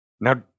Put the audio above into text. Now